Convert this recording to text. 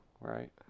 right